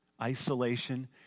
Isolation